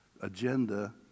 agenda